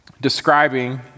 Describing